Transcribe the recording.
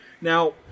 Now